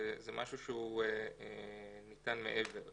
זה משהו שהוא ניתן מעבר.